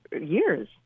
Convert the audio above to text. years